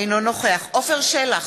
אינו נוכח עפר שלח,